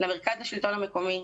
למרכז לשלטון המקומי,